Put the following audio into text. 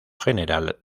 general